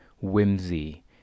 whimsy